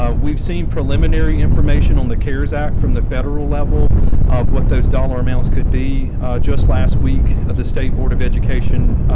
ah we've seen preliminary information on the cares act from the federal level of what those dollar amounts could be just last week of the state board of education,